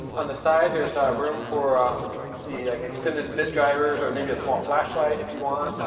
on the side, there's room for the extended bit drivers, or maybe a small flashlight, if you want.